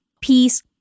peace